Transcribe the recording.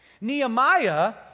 Nehemiah